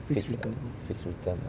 fixed return ah